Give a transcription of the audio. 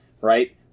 Right